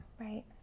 Right